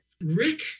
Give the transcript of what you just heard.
Rick